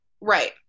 Right